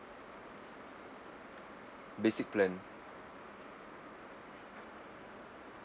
basic plan